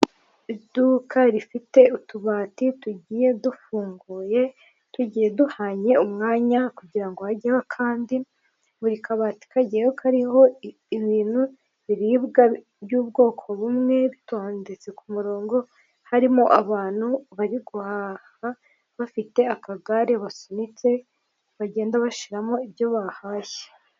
Iduka rifite utubati tugiye dufunguye, tugiye duhanye umwanya kugira ngo hajyeho kandi buri kabati kageho kariho ibintu biribwa by'ubwoko bumwe bitondetse ku murongo harimo abantu bari guhaha bafite akagare basunitse bagenda bashiramo ibyo bahashye.